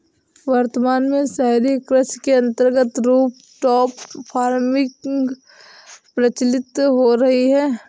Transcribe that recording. वर्तमान में शहरी कृषि के अंतर्गत रूफटॉप फार्मिंग प्रचलित हो रही है